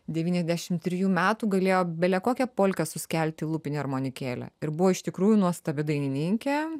devyniasdešim trijų metų galėjo bele kokią polką suskelti lūpine armonikėle ir buvo iš tikrųjų nuostabi dainininkė